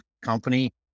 company